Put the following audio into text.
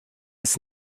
ist